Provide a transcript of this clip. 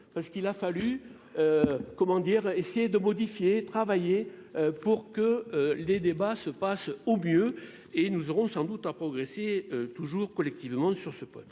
Parce qu'il a fallu. Comment dire essayer de modifier travailler pour que les débats se passe au mieux et nous aurons sans doute à progresser toujours collectivement sur ce poste.